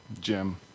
Jim